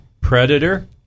Predator